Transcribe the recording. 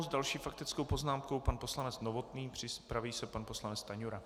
S další faktickou poznámkou pan poslanec Novotný, připraví se pan poslanec Stanjura.